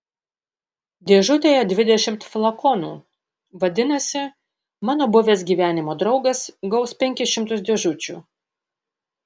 dėžutėje dvidešimt flakonų vadinasi mano buvęs gyvenimo draugas gaus penkis šimtus dėžučių